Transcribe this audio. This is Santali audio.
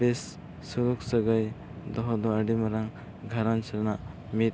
ᱵᱮᱥ ᱥᱩᱞᱩᱠ ᱥᱟᱹᱜᱟᱹᱭ ᱫᱚᱦᱚ ᱫᱚ ᱟᱹᱰᱤ ᱢᱟᱨᱟᱝ ᱜᱷᱟᱨᱚᱸᱡᱽ ᱨᱮᱱᱟᱜ ᱢᱤᱫ